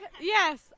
yes